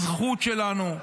הזכות שלנו,